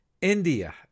India